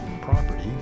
property